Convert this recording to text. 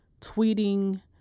tweeting